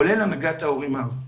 כולל הנהגת ההורים הארצית.